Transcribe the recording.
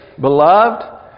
Beloved